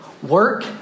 Work